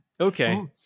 okay